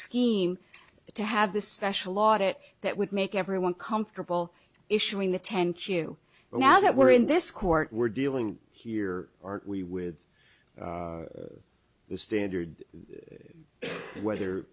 scheme to have this special audit that would make everyone comfortable issuing the ten q but now that we're in this court we're dealing here or we with the standard whether